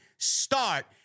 start